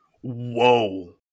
Whoa